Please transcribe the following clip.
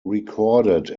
recorded